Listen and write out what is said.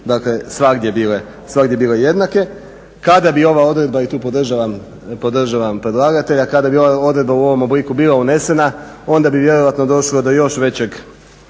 nisu svagdje bile jednake. Kada bi ova odredba i tu podržavam predlagatelja, kada bi ova odredba u ovom obliku bila unesena onda bi vjerojatno došlo do još većeg